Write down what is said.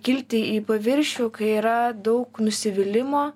kilti į paviršių kai yra daug nusivylimo